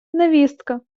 невістка